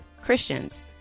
Christians